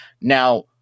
Now